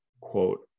quote